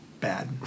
bad